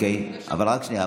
אבל רק שנייה,